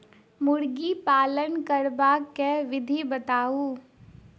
मुर्गी पालन करबाक विधि बताऊ?